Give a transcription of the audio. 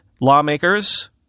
lawmakers